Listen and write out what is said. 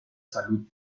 salud